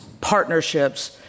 partnerships